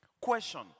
Question